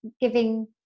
giving